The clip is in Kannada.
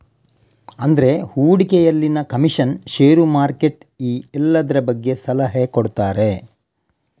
ಅಂದ್ರೆ ಹೂಡಿಕೆಯಲ್ಲಿನ ಕಮಿಷನ್, ಷೇರು, ಮಾರ್ಕೆಟ್ ಈ ಎಲ್ಲದ್ರ ಬಗ್ಗೆ ಸಲಹೆ ಕೊಡ್ತಾರೆ